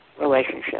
relationship